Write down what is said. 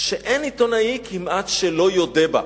שכמעט אין עיתונאי שלא יודה בה,